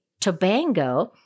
Tobango